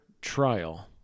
trial